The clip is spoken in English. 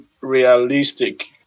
realistic